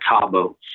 Cabo